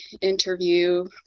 interview